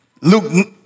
Luke